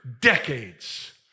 decades